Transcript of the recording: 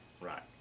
right